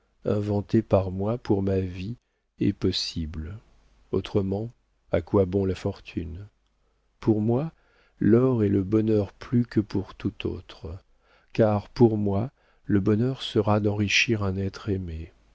inventé par moi pour ma vie est possible autrement à quoi bon la fortune pour moi l'or est le bonheur plus que pour tout autre car pour moi le bonheur sera d'enrichir un être aimé